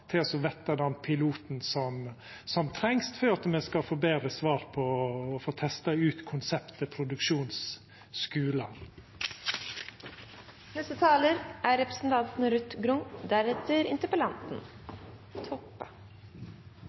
til å verta den piloten som trengst for at me skal få betre svar og få testa ut konseptet med produksjonsskular. Takk til representanten